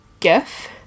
gif